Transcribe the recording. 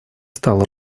стала